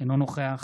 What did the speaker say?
אינו נוכח